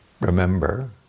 remember